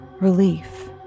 relief